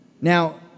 Now